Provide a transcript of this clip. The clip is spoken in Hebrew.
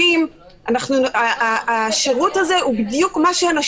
אנחנו לא מבינים את ההיגיון בלהתיר את הטיפול